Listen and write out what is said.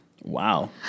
Wow